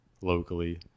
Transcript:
locally